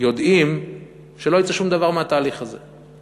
יודעים שלא יצא שום דבר מהתהליך הזה.